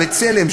"בצלם",